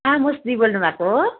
आमोस जी बोल्नु भएको हो